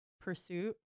pursuit